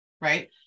Right